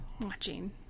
watching